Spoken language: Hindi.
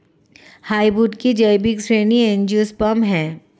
हार्डवुड की जैविक श्रेणी एंजियोस्पर्म है